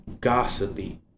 Gossipy